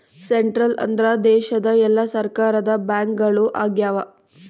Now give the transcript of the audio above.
central ಅಂದ್ರ ದೇಶದ ಎಲ್ಲಾ ಸರ್ಕಾರದ ಬ್ಯಾಂಕ್ಗಳು ಆಗ್ಯಾವ